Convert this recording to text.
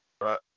Right